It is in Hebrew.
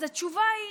אז התשובה היא